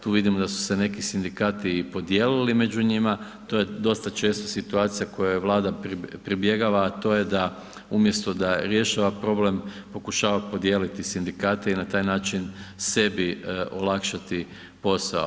Tu vidimo da su se neki sindikati i podijelili među njima, to je dosta često situacija kojoj Vlada pribjegava a to je da umjesto da rješava problem pokušava podijeliti sindikate i na taj način sebi olakšati posao.